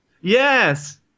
Yes